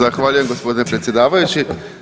Zahvaljujem gospodine predsjedavajući.